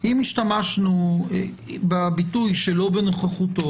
אם השתמשנו בביטוי שלא בנוכחותו,